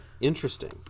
interesting